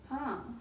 !huh!